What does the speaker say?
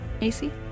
AC